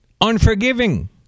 Unforgiving